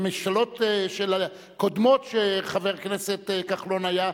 בממשלות קודמות שחבר הכנסת כחלון היה,